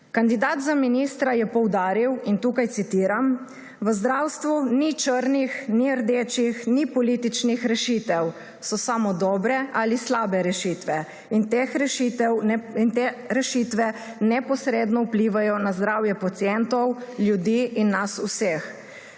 Kandidat za ministra je poudaril, in tukaj citiram: »V zdravstvu ni črnih, ni rdečih, ni političnih rešitev, so samo dobre ali slabe rešitve. In te rešitve neposredno vplivajo na zdravje pacientov, ljudi in nas vseh.